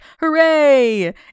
Hooray